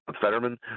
Fetterman